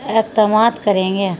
اقدمات کریں گے